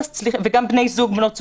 וגם בני זוג ובנות זוג.